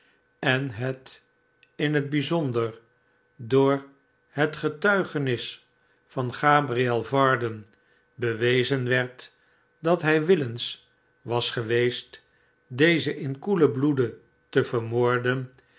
en het in het bijzonder door het getuigenis van gabriel varden bewezen werd dat hij willens was geweest dezen inkoeler bloede te vermoorden